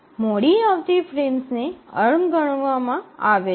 તેથી મોડી આવતી ફ્રેમને અવગણવામાં આવે છે